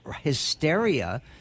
hysteria